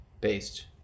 based